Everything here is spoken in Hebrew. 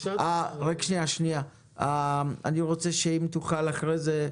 אני מבקש אם תוכל אחרי כן,